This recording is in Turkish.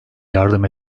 yardım